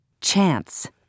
Chance